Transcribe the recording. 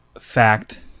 fact